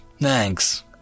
Thanks